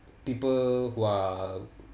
people who are